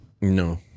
No